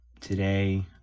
today